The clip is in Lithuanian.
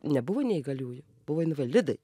nebuvo neįgaliųjų buvo invalidai